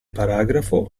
paragrafo